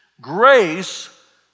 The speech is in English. Grace